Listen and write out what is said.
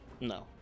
No